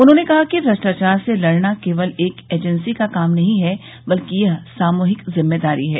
उन्होंने कहा कि भ्रष्टाचार से लडना केवल एक एजेंसी का काम नहीं है बल्कि यह सामूहिक जिम्मेदारी है